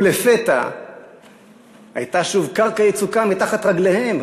ולפתע הייתה שוב קרקע יצוקה תחת רגליהם.